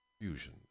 Fusion